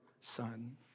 son